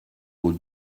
aux